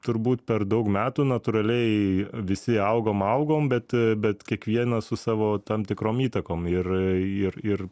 turbūt per daug metų natūraliai visi augom augom bet bet kiekvienas su savo tam tikrom įtakom ir ir ir